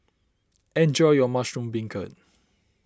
enjoy your Mushroom Beancurd